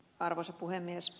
arvoisa puhemies